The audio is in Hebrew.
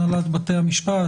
הנהלת בתי המשפט,